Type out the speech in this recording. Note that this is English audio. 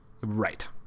Right